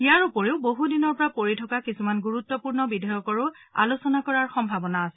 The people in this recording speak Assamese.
ইয়াৰ উপৰিও বহু দিনৰ পৰা পৰি থকা কিছুমান গুৰুত্বপূৰ্ণ বিধেয়কৰো আলোচনা কৰাৰ সম্ভাৱনা আছে